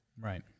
Right